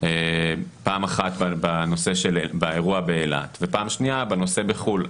פעם אחת באירוע באילת ופעם שנייה בחו"ל.